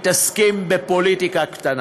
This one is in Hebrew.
מתעסקים בפוליטיקה קטנה.